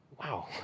Wow